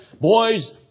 boys